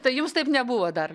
tai jums taip nebuvo dar